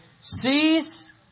sees